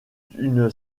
d’une